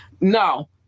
no